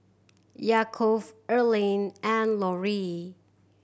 Yaakov Earlean and Lorrie